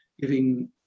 giving